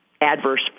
adverse